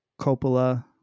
Coppola